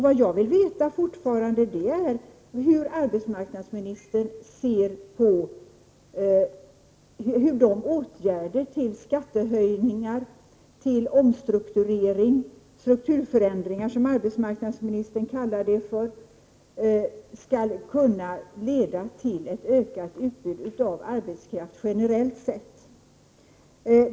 Vad jag fortfarande vill veta är hur arbetsmarknadsministern ser på hur de åtgärder till skattehöjningar, till omstrukturering — strukturförändringar kallar arbetsmarknadsministern det — skall kunna leda till ett ökat utbud av arbetskraft generellt sett.